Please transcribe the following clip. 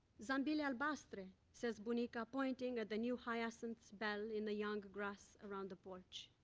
zambile ablastr says bunica, pointing at the new hyacinth bells in the young grass around the porch.